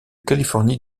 californie